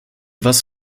was